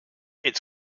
its